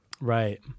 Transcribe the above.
right